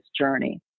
journey